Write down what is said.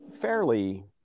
fairly